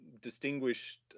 distinguished